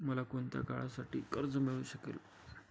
मला कोणत्या काळासाठी कर्ज मिळू शकते?